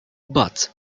but